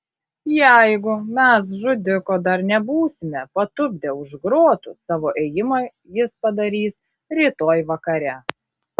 jeigu mes žudiko dar nebūsime patupdę už grotų savo ėjimą jis padarys rytoj vakare